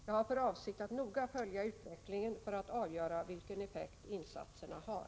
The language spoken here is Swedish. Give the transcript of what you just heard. Jag har för avsikt att noga följa utvecklingen för att avgöra vilken effekt insatserna har.